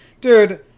Dude